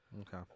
Okay